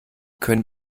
können